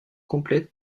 complètes